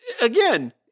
Again